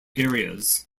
areas